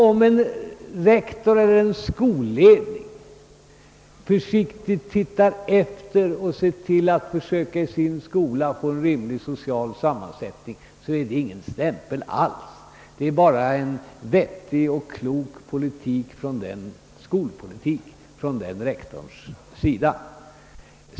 Om en rektor eller en skolledning i sin skola försöker få en rimlig social sammansättning är det inte alls fråga om att sätta på någon stämpel, utan det rör sig bara om en vettig skolpolitik.